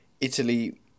Italy